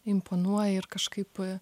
imponuoja ir kažkaip e